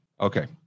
Okay